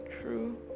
true